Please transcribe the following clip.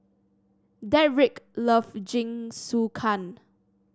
Dedrick love Jingisukan